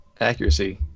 accuracy